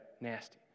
Nasty